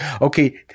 Okay